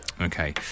Okay